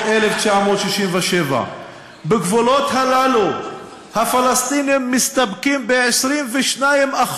1967. בגבולות הללו הפלסטינים מסתפקים ב-22%